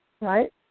right